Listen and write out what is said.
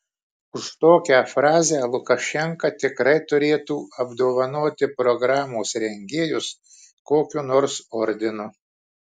už tokią frazę lukašenka tikrai turėtų apdovanoti programos rengėjus kokiu nors ordinu